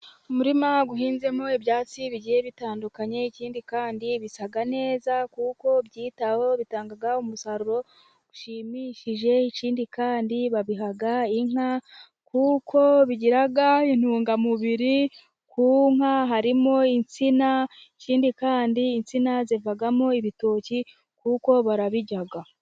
Umurima uhinzemo ibyatsi bigiye bitandukanye, ikindi kandi bisaga neza kuko byitaweho, bitanga umusaruro ushimishije, ikindi kandi babiha inka, kuko bigira intungamubiri ku nka, harimo insina ikindi kandi insina, zivamo ibitoki kuko barabirya.